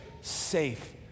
safe